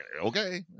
okay